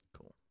Cool